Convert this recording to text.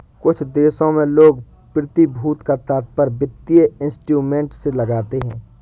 कुछ देशों में लोग प्रतिभूति का तात्पर्य वित्तीय इंस्ट्रूमेंट से लगाते हैं